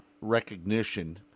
recognition